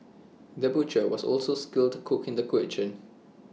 the butcher was also A skilled cook in the kitchen